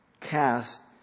cast